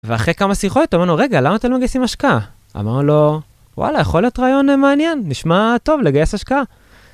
ואחרי כמה שיחות אמרנו, רגע, למה אתם לא מגייסים השקעה? אמרנו לו, וואלה, יכול להיות רעיון מעניין, נשמע טוב לגייס השקעה.